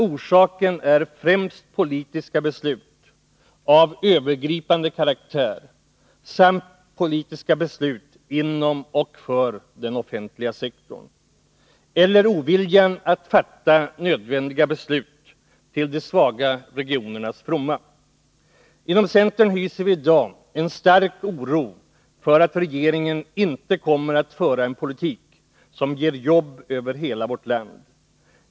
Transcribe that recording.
Orsaken är främst politiska beslut av övergripande karaktär samt politiska beslut inom och för den offentliga sektorn eller oviljan att fatta nödvändiga beslut till de svagare regionernas fromma. Inom centern hyser vi i dag en stark oro för att regeringen inte kommer att föra en politik som ger jobb över hela vårt land.